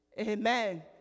Amen